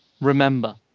Remember